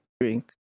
drink